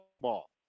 ball